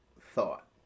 thought